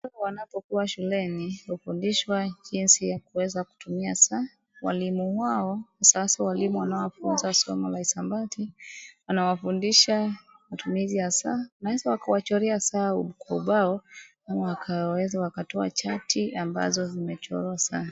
Watoto wanapokuwa shuleni, hufundishwa jinsi ya kuweza kutumia saa, walimu wao, hasaa walimu wanaofunza somo la hisabati, wanawafundisha matumizi ya saa, wanaweza wakawachorea saa kwa ubao ama wakaweza wakatoa chati ambazo zimechorwa saa.